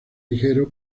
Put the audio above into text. ligero